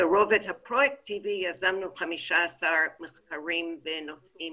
ברובד הפרואקטיבי יזמנו 15 מחקרים בנושאים